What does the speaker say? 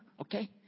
okay